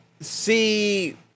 see